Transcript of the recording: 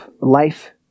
life